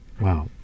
wow